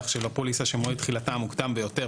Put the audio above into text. של הפוליסה שמועד תחילתה המוקדם ביותר,